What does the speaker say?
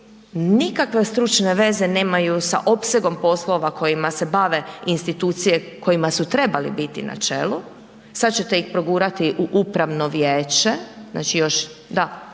nikakve stručne veze nemaju sa opsegom poslova kojima se bave institucije kojima su trebali biti na čelu, sad ćete ih progurati u upravno vijeće,